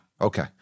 Okay